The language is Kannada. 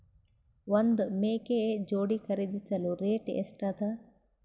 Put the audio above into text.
ಒಂದ್ ಮೇಕೆ ಜೋಡಿ ಖರಿದಿಸಲು ರೇಟ್ ಎಷ್ಟ ಅದ?